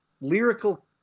lyrical